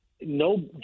no